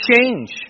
change